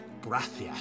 gracias